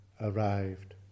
arrived